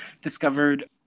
discovered